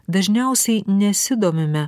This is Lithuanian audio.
dažniausiai nesidomime